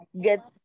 get